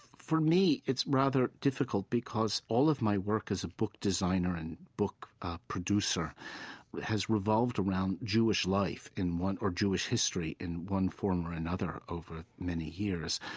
for me it's rather difficult because all of my work as a book designer and book producer has revolved around jewish life in one or jewish history in one form of another over many years.